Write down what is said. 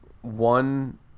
one